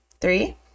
Three